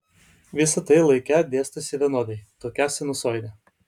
visa tai laike dėstosi vienodai tokia sinusoide